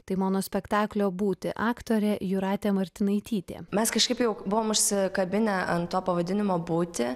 tai maono spektaklio būti aktorė jūratė martinaitytė mes kažkaip jau buvom užsikabinę ant to pavadinimo būti